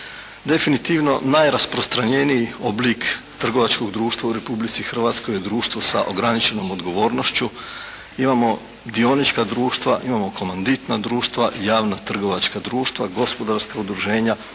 Definitivno najrasprostranjeniji oblik trgovačkog društva u Republici Hrvatskoj je društvo sa ograničenom odgovornošću. Imamo dionička društva, imamo komanditna društva, javna trgovačka društva, gospodarska udruženja,